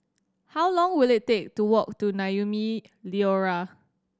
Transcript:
how long will it take to walk to Naumi Liora